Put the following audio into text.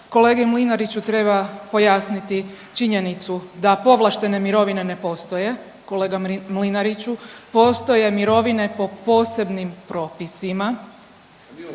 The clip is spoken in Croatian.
kolegi Mlinariću treba pojasniti činjenicu da povlaštene mirovine ne postoje. Kolega Mlinariću postoje mirovine po posebnim propisima.